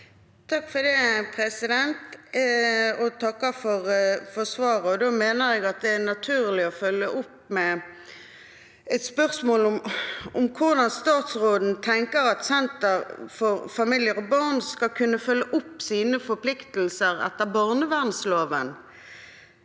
takker for svaret. Da mener jeg det er naturlig å følge opp med et spørsmål om hvordan statsråden tenker at sentre for familier og barn skal kunne følge opp sine forpliktelser etter barnevernloven